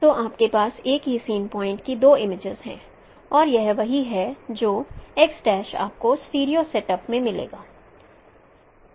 तो आपके पास एक ही सीन पॉइंट की दो इमेजेस हैं और यह वही है जो आपको स्टीरियो सेटअप में मिलेगा